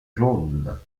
jaune